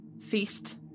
feast